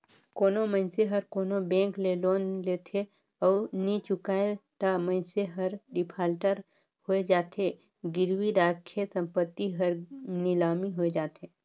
कोनो मइनसे हर कोनो बेंक ले लोन लेथे अउ नी चुकाय ता मइनसे हर डिफाल्टर होए जाथे, गिरवी रराखे संपत्ति हर लिलामी होए जाथे